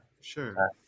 Sure